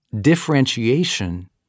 differentiation